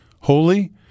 Holy